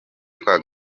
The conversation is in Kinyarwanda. twa